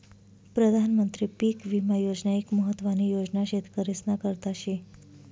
प्रधानमंत्री पीक विमा योजना एक महत्वानी योजना शेतकरीस्ना करता शे